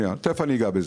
תכף אגע בזה.